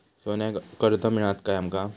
सोन्याक कर्ज मिळात काय आमका?